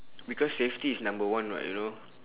because safety is number one [what] you know